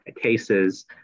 cases